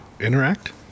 interact